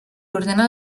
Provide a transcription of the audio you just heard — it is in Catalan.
ordena